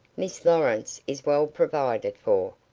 miss lawrence is well provided for,